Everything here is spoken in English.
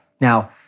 Now